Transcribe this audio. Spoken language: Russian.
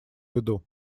виду